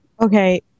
Okay